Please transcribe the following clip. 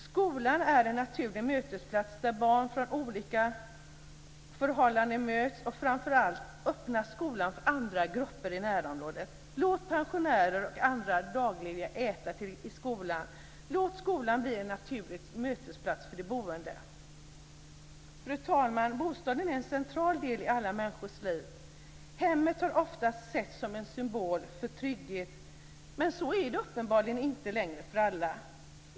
Skolan är en naturlig mötesplats där barn från olika förhållanden möts. Framför allt måste man öppna skolan för andra grupper i närområdet. Låt pensionärer och andra daglediga äta i skolan. Låt skolan bli en naturlig mötesplats för de boende. Fru talman! Bostaden är en central del i alla människors liv. Hemmet har oftast setts som en symbol för trygghet. Men så är det uppenbarligen inte längre för alla.